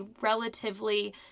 relatively